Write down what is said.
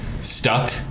stuck